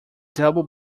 double